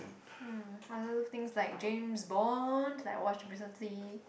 um I love things like James-Bond like I watched recently